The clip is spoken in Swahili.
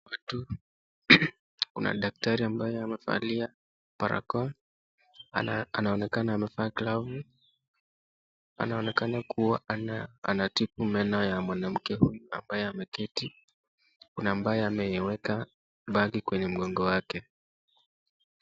Kwetu, kuna daktari ambaye amevalia barakoa. Anaonekana amevaa glavu. Anaonekana kuwa anatibu meno ya mwanamke huyu ambaye ameketi. Kuna ambaye ameweka bagi kwenye mgongo wake.